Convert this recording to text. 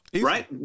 right